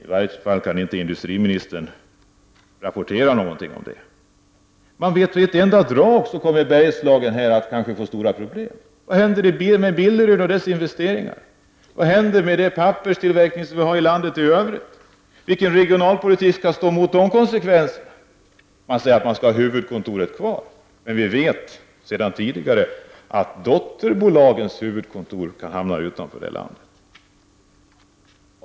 I varje fall kunde inte industriministern rapportera någonting om det. I ett enda drag kommer Bergslagen att få stora problem. Vad händer med Billerud och dess investeringar? Vad händer med den papperstillverkning som vi har i landet i övrigt? Vilken regionalpolitik skall stå emot de konsekvenserna? Det sägs att man skall ha huvudkontoret kvar, men vi vet sedan tidigare att dotterbolagens huvudkontor kan hamna utanför landet.